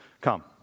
come